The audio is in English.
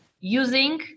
using